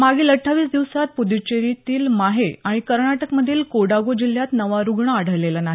मागील अठ्ठावीस दिवसांत पुद्दुचेरीतील माहे आणि कर्नाटकमधील कोडागू जिल्ह्यांत नवा रुग्ण आढळलेला नाही